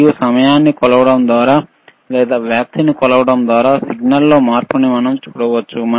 మరియు సమయాన్ని కొలవడం ద్వారా లేదా వ్యాప్తిని కొలవడం ద్వారా సిగ్నల్లో మార్పును మనం చూడవచ్చు